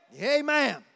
Amen